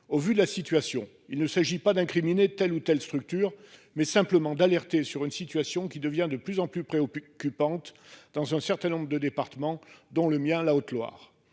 Au vu de la situation, il ne s'agit pas d'incriminer telle ou telle structure mais simplement d'alerter sur une situation qui devient de plus en plus préoccupante dans un certain nombre de départements dont le mien, la Haute-Loire,